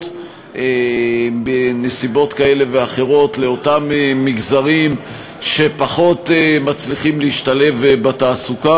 בנסיבות כאלה ואחרות לאותם מגזרים שפחות מצליחים להשתלב בתעסוקה.